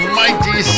mighty